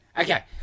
Okay